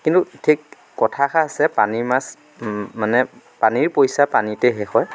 কিন্তু ঠিক কথা এষাৰ আছে পানীৰ মাছ মানে পানীৰ পইচাপানীতেই শেষ হয়